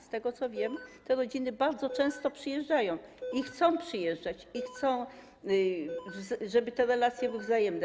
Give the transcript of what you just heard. Z tego, co wiem, te rodziny bardzo często przyjeżdżają i chcą przyjeżdżać, i chcą, żeby te relacje były wzajemne.